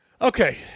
Okay